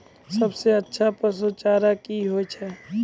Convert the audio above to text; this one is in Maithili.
सबसे अच्छा पसु चारा की होय छै?